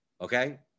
Okay